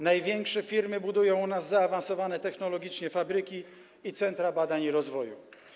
Największe firmy budują u nas zaawansowane technologicznie fabryki i centra badań i rozwoju.